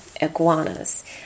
Iguanas